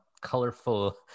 colorful